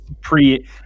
pre